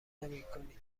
نمیکنید